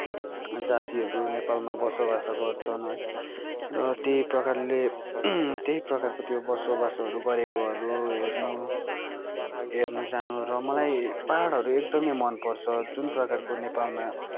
जातिहरू नेपालमा बसोबास गर्छन् है र त्यही प्रकारले त्यही प्रकारको त्यो बसोबासहरू गरेकोहरू हेर्नु हेर्नु जानु र मलाई पाहाडहरू एकदमै मनपर्छ जुन प्रकारको नेपालमा